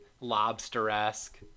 lobster-esque